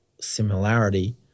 similarity